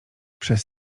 przez